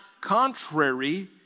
contrary